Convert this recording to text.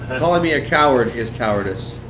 it. calling me a coward is cowardice.